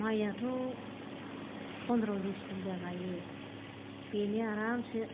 माइयाथ पनद्र' बिस बिगा गायो बेनो आरामसे